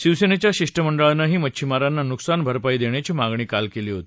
शिवसेनेच्या शिष्टमंडळानंही मच्छिमारांना नुकसानभरपाई देण्याची मागणी काल केली होती